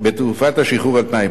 בתקופת השחרור על-תנאי.